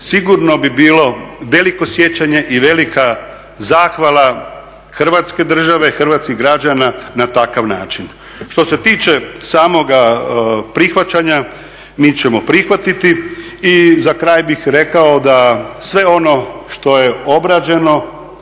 sigurno bi bilo veliko sjećanje i velika zahvala Hrvatske države, hrvatskih građana na takav način. Što se tiče samoga prihvaćanja mi ćemo prihvatiti i za kraj bih rekao, da sve ono što je obrađeno